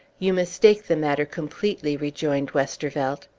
you mistake the matter completely, rejoined westervelt.